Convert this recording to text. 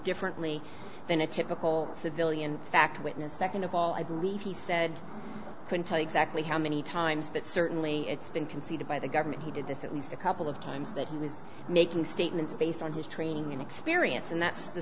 differently than a typical civilian fact witness second of all i believe he said can tell exactly how many times but certainly it's been conceded by the government he did this at least a couple of times that he was making statements based on his training and experience and that's the